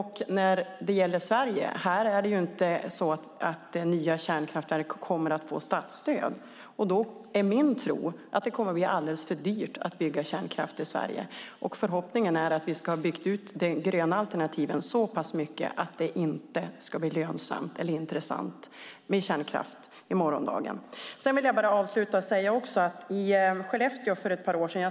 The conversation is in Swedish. Här i Sverige kommer inte nya kärnkraftverk att få statsstöd. Det är min tro att det kommer att bli alldeles för dyrt att bygga kärnkraft i Sverige. Förhoppningen är att vi ska ha byggt ut de gröna alternativen så mycket att det inte ska bli lönsamt eller intressant med kärnkraft i framtiden. Jag satt i kommunstyrelsen i Skellefteå för ett par år sedan.